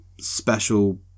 special